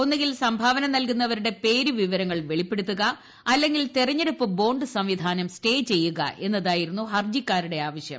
ഒന്നുകിൽ സംഭാവന നൽകുന്നവരുടെ പേര് വിവരങ്ങൾ വെളിപ്പെടുത്തുക അല്ലെങ്കിൽ തെരഞ്ഞെടുപ്പ് ബോണ്ട് സംവിധാനം സ്റ്റേ ചെയ്യുക എന്നതായിരുന്നു ഹർജിക്കാരുടെ ആവശ്യം